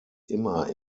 immer